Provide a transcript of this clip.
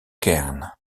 cairn